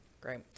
Great